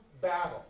battle